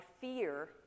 fear